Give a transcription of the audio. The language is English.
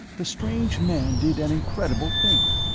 the strange man did an incredible thing.